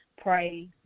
Pray